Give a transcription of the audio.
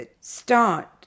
start